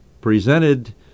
presented